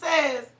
says